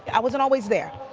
i wasn't always there.